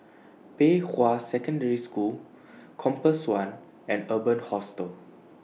Pei Hwa Secondary School Compass one and Urban Hostel